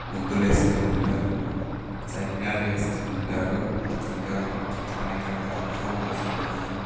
ముగ్గులేస్తూ ఉంటారు చైజ్ఞాలు వేస్తూ ఉంటారు ఇంకా అనేక రకాల అప్పాలు చేస్తూ ఉంటారు